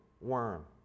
worm